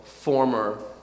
former